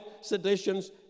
seditions